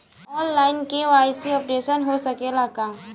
आन line KYC updation हो सकेला का?